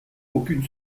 aucune